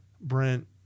brent